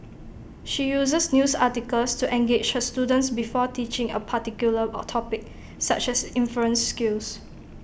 she uses news articles to engage her students before teaching A particular of topic such as inference skills